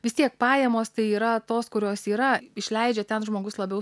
vis tiek pajamos tai yra tos kurios yra išleidžia ten žmogus labiau